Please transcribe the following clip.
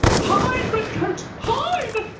hide, redcoat! hide!